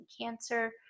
cancer